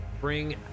bring